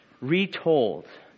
retold